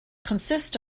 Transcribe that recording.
consists